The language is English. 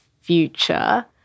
future